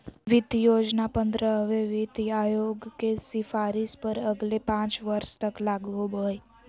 वित्त योजना पंद्रहवें वित्त आयोग के सिफारिश पर अगले पाँच वर्ष तक लागू होबो हइ